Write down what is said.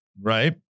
right